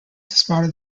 spotted